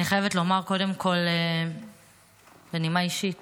אני חייבת לומר קודם כול בנימה אישית